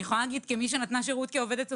אני יכולה להגיד כמי שנתנה שירות כעובדת סוציאלית,